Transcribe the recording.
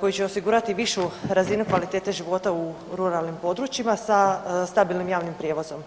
koji će osigurati višu razinu kvalitete života u ruralnim područjima sa stabilnim javnim prijevozom.